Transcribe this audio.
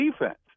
defense